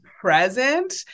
present